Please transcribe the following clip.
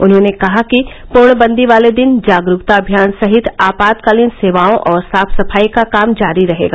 उन्होंने कहा कि पूर्ण बंदी वाले दिन जागरूकता अभियान सहित आपात कालीन सेवाओं और साफ सफाई का काम जारी रहेगा